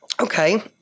Okay